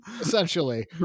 essentially